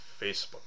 Facebook